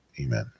amen